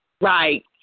Right